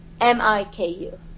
M-I-K-U